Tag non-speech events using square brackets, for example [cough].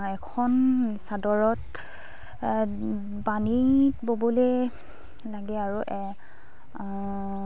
এখন চাদৰত [unintelligible] ব'বলে লাগে আৰু